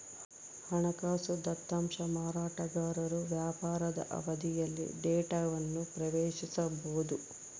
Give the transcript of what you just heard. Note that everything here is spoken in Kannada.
ಹಣಕಾಸು ದತ್ತಾಂಶ ಮಾರಾಟಗಾರರು ವ್ಯಾಪಾರದ ಅವಧಿಯಲ್ಲಿ ಡೇಟಾವನ್ನು ಪ್ರವೇಶಿಸಬೊದು